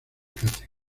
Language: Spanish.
kate